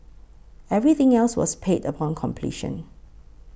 everything else was paid upon completion